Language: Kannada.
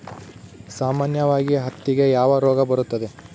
ಸಾಮಾನ್ಯವಾಗಿ ಹತ್ತಿಗೆ ಯಾವ ರೋಗ ಬರುತ್ತದೆ?